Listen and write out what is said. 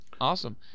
awesome